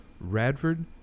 Radford